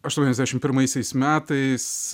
aštuoniasdešim pirmaisiais metais